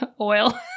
Oil